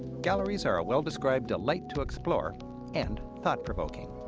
galleries are a well-described delight to explore and thought-provoking.